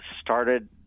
started